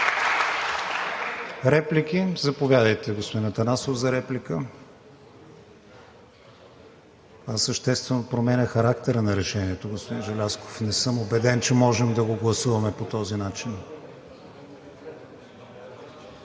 Реплики? Заповядайте, господин Атанасов, за реплика. Това съществено променя характера на решението, господин Желязков. Не съм убеден, че можем да го гласуваме по този начин.